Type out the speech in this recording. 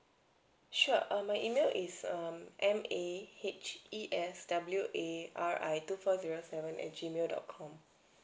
sure err my email is um M A H E S W A R I two four zero seven at G mail dot com